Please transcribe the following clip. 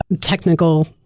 technical